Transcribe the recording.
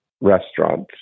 restaurants